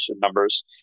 numbers